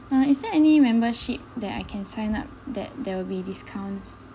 uh is there any membership that I can sign up that there will be discount